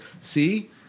see